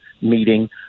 meeting